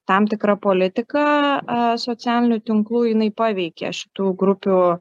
tam tikra politika socialinių tinklų jinai paveikė šitų grupių